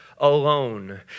alone